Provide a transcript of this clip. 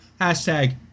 Hashtag